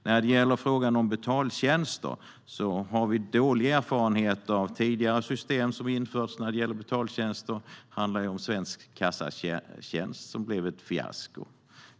När det gäller betaltjänster har vi dåliga erfarenheter av tidigare system som har införts för betaltjänster. Svensk Kassaservice blev ett fiasko.